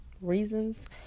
reasons